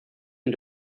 een